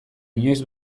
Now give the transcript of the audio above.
inoiz